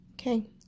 Okay